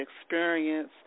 experience